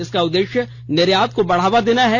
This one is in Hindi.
इसका उद्देश्य निर्यात को बढ़ावा देना है